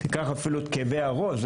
ניקח אפילו את כאבי הראש.